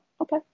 okay